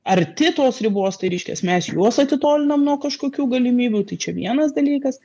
arti tos ribos tai reiškias mes juos atitolinam nuo kažkokių galimybių tai čia vienas dalykas